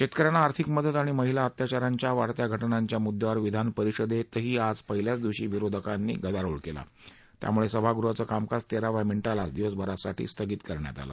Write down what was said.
शेतकऱ्यांना आर्थिक मदत आणि महिला अत्याचारांच्या वाढत्या घटनांच्या मुद्यांवर विधानपरिषदेतही आज पहिल्याच दिवशी विरोधकांनी गदारोळ केला त्यामुळे सभागृहाचं कामकाज तेराव्या मिनिटालाच दिवसभरासाठी स्थगित करण्यात आलं